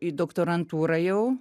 į doktorantūrą jau